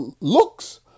looks